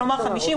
כלומר 50,